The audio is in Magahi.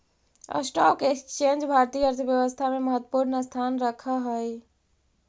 स्टॉक एक्सचेंज भारतीय अर्थव्यवस्था में महत्वपूर्ण स्थान रखऽ हई